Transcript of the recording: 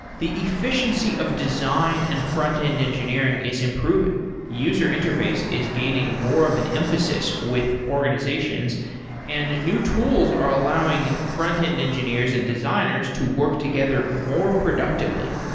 the efficiency of design and front-end engineering is improving user interface is gaining more of an emphasis with organizations and new tools are allowing front-end engineers and designers to work together more productively.